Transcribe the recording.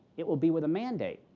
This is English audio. it will be with a mandate.